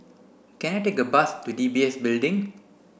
can I take a bus to D B S Building